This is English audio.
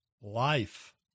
life